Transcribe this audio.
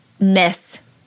miss